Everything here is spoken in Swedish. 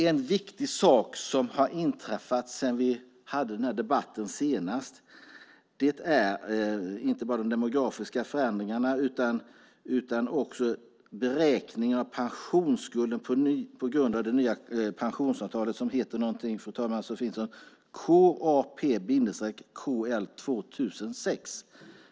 En viktig sak som har inträffat sedan vi hade den här debatten senast gäller inte bara de demografiska förändringarna utan också beräkningen av pensionsskulden på grund av det nya pensionsavtalet som heter någonting, fru talman, så fint som KAP-KL 2006.